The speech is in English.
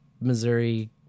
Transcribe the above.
Missouri